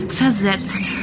versetzt